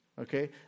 Okay